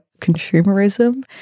consumerism